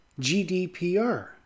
GDPR